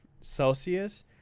Celsius